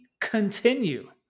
continue